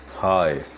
Hi